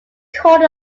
called